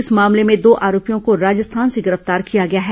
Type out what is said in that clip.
इस मामले में दो आरोपियों को राजस्थान से गिरफ्तार किया गया है